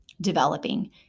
developing